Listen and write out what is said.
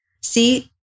See